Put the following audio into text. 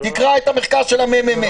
תקרא את המחקר של הממ"מ.